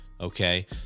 Okay